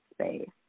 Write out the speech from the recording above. space